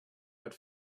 but